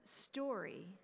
story